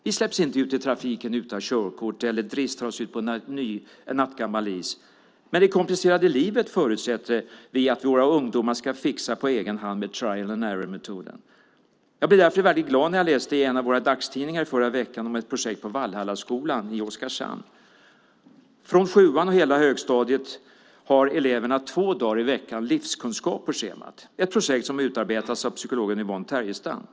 Vi släpps inte ut i trafiken utan körkort eller dristar oss ut på nattgammal is, men det komplicerade livet förutsätter vi att våra ungdomar ska fixa på egen hand med trial-and-error-metoden. Jag blev därför väldigt glad när jag läste i en av våra dagstidningar i förra veckan om ett projekt på Valhallaskolan i Oskarshamn. Från sjuan och hela högstadiet har eleverna två dagar i veckan livskunskap på schemat, ett projekt som utarbetats av psykologen Yvonne Terjestam.